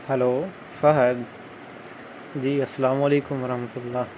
hello Fahad ji السلام علیکم ورحمتہ اللہ